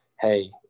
hey